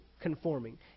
conforming